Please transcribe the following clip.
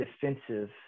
defensive